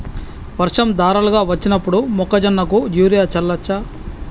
వర్షం ధారలుగా వచ్చినప్పుడు మొక్కజొన్న కు యూరియా చల్లచ్చా?